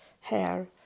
hair